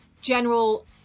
general